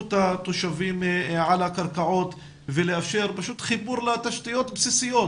בזכות התושבים על הקרקעות ולאפשר פשוט חיבור לתשתיות בסיסיות: